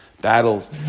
battles